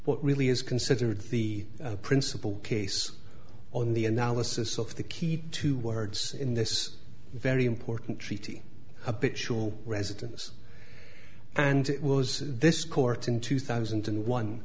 what really is considered the principal case on the analysis of the key two words in this very important treaty a bitch will residence and it was this court in two thousand and one